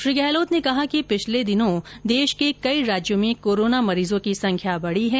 श्री गहलोत ने कहा कि पिछले दिनों में देश के कई राज्यों में कोरोना मरीजों की संख्या बढी है